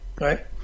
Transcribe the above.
right